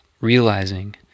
realizing